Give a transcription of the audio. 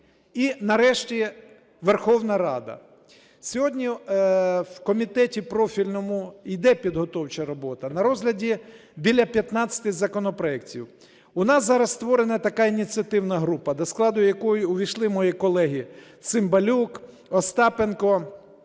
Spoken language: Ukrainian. І, нарешті, Верховна Рада. Сьогодні в комітеті профільному йде підготовча робота, на розгляді біля 15 законопроектів. У нас зараз створена така ініціативна група, до складу якої увійшли мої колеги: Цимбалюк, Остапенко,